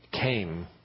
came